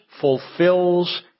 fulfills